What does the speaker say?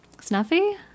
Snuffy